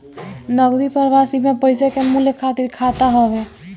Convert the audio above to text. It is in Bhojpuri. नगदी प्रवाह सीमा पईसा के मूल्य खातिर खाता हवे